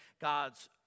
God's